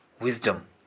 wisdom